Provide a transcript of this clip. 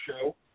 show